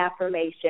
affirmation